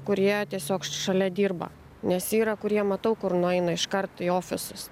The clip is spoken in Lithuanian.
kurie tiesiog šalia dirba nes yra kurie matau kur nueina iškart į ofisus